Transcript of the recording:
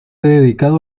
dedicado